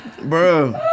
Bro